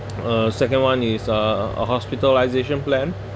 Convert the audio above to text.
uh second one is uh a hospitalisation plan